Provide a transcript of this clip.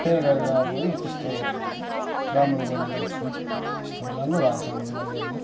pay गरेर अब होइन त्यस्तो राम्रो गर्ने गर्छ त्यस्तो राम्रो भएको छ हाम्रो लागि अहिले